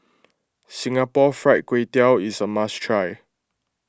Singapore Fried Kway Tiao is a must try